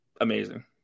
amazing